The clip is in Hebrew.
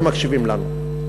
לא מקשיבים לנו.